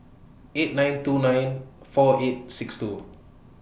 eight nine two nine four eight six two